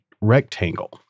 rectangle